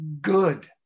good